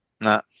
No